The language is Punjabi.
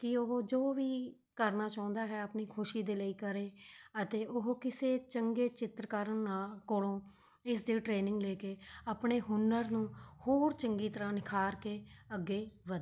ਕਿ ਉਹ ਜੋ ਵੀ ਕਰਨਾ ਚਾਹੁੰਦਾ ਹੈ ਆਪਣੀ ਖੁਸ਼ੀ ਦੇ ਲਈ ਕਰੇ ਅਤੇ ਉਹ ਕਿਸੇ ਚੰਗੇ ਚਿੱਤਰਕਾਰ ਨਾਲ ਕੋਲੋਂ ਇਸ ਦੀ ਟ੍ਰੇਨਿੰਗ ਲੈ ਕੇ ਆਪਣੇ ਹੁਨਰ ਨੂੰ ਹੋਰ ਚੰਗੀ ਤਰ੍ਹਾਂ ਨਿਖਾਰ ਕੇ ਅੱਗੇ ਵ